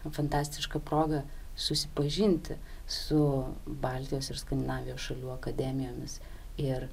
fantastišką progą susipažinti su baltijos ir skandinavijos šalių akademijomis ir